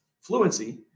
fluency